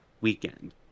weekend